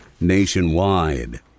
nationwide